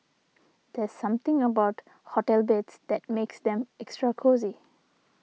there's something about hotel beds that makes them extra cosy